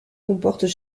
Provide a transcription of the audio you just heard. comportent